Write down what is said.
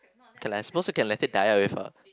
can I suppose you can let it die it with her